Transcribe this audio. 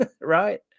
right